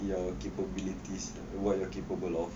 your capabilities what you are capable of